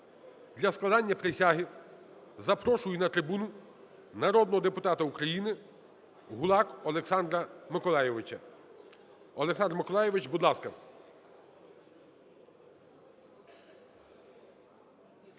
для складення присяги запрошую на трибуну народного депутата України Гулака Олександра Миколайовича. Олександр Миколайович, будь ласка.